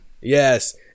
Yes